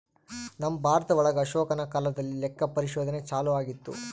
ನಮ್ ಭಾರತ ಒಳಗ ಅಶೋಕನ ಕಾಲದಲ್ಲಿ ಲೆಕ್ಕ ಪರಿಶೋಧನೆ ಚಾಲೂ ಆಗಿತ್ತು